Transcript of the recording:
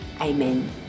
Amen